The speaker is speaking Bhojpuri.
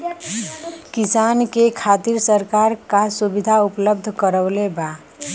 किसान के खातिर सरकार का सुविधा उपलब्ध करवले बा?